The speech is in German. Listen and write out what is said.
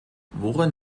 worin